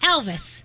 Elvis